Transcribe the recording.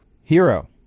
Hero